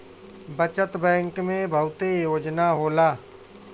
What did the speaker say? बचत बैंक में बहुते योजना होला